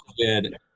good